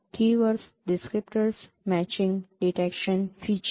keywords descriptors matching detection feature